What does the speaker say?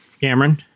Cameron